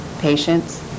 patients